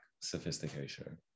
sophistication